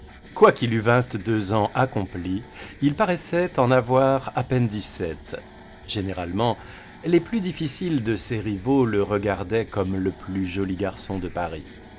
quoiqu'il eût vingt-deux ans accomplis il paraissait en avoir à peine dix-sept généralement les plus difficiles de ses rivaux le regardaient comme le plus joli garçon de paris